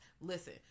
listen